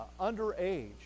underage